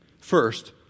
First